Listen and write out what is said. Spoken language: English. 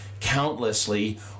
countlessly